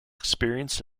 experienced